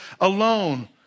alone